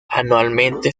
anualmente